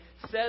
says